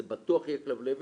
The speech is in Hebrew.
זה בטוח יהיה כלבלבת,